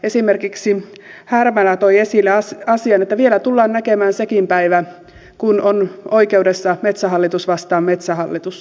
esimerkiksi härmälä toi esille asian että vielä tullaan näkemään sekin päivä kun on oikeudessa metsähallitus vastaan metsähallitus